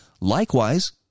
Likewise